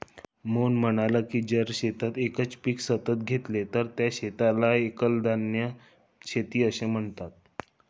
मोहन म्हणाला की जर शेतात एकच पीक सतत घेतले तर त्या शेताला एकल धान्य शेती म्हणतात